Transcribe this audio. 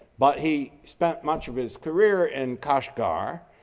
but he spent much of his career in kashgar,